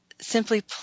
simply